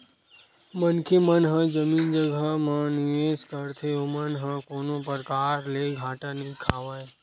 मनखे मन ह जमीन जघा म निवेस करथे ओमन ह कोनो परकार ले घाटा नइ खावय